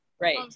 Right